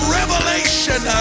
revelation